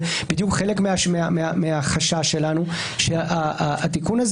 זה בדיוק חלק מהחשש שלנו שהתיקון הזה